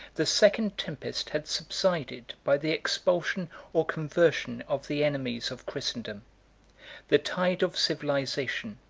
the second tempest had subsided by the expulsion or conversion of the enemies of christendom the tide of civilization,